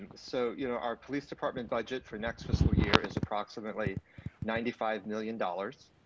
and so you know our police department budget for next fiscal year is approximately ninety five million dollars.